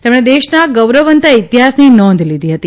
તેમણે દેશના ગૌરવવંતા ઇતિહાસની નોંધ લીધી હતી